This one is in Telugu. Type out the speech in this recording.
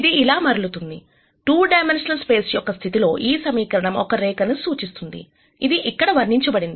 ఇది ఇలా మరలుతుంది2 డైమెన్షనల్ స్పేస్ యొక్క స్థితిలో ఈ సమీకరణం ఒక రేఖను ను సూచిస్తుంది ఇది ఇక్కడ వర్ణించబడింది